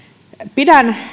pidän